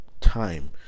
time